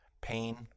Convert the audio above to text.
pain